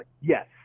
Yes